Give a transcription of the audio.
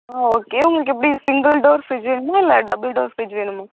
ஆ okay உங்களுக்கு எப்படி single door fridge வேணுமா இல்லை டபுள் டோர் ஃப்ரிட்ஜ் வேணுமா